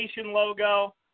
logo